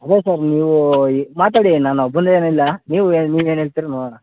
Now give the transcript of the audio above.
ಅದೇ ಸರ್ ನೀವು ಈ ಮಾತಾಡಿ ನಾನು ಒಬ್ಬನದೆ ಏನೂ ಇಲ್ಲ ನೀವು ನೀವೇನು ಹೇಳ್ತಿರಿ ನೋಡೋಣ